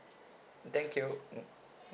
thank you mm